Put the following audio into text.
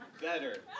better